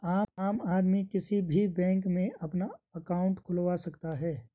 आम आदमी किसी भी बैंक में अपना अंकाउट खुलवा सकता है